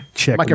check